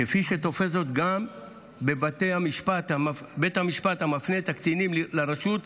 כפי שתופס זאת גם בית המשפט המפנה את הקטינים לרשות,